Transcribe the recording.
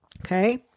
Okay